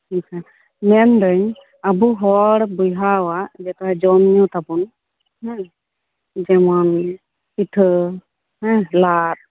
ᱟᱪᱪᱷᱟ ᱢᱮᱱ ᱫᱟᱹᱧ ᱟᱵᱚ ᱦᱚᱲ ᱵᱚᱭᱦᱟᱣᱟᱜ ᱡᱮᱠᱳᱱᱳ ᱡᱚᱢ ᱧᱩ ᱛᱟᱵᱚᱱ ᱦᱮᱸ ᱡᱮᱢᱚᱱ ᱯᱤᱴᱷᱟᱹᱦᱮᱸ ᱞᱟᱫ